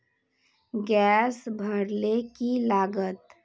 Gas भरले की लागत?